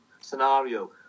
scenario